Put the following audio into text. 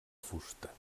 fusta